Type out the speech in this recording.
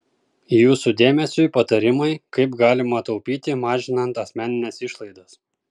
jūsų dėmesiui patarimai kaip galima taupyti mažinant asmenines išlaidas